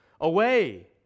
Away